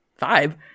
Vibe